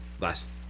Last